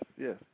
yes